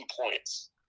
points